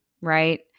right